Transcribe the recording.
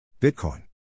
Bitcoin